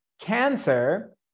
cancer